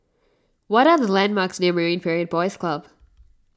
what are the landmarks near Marine Parade Boys Club